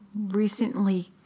recently